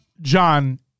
john